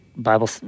Bible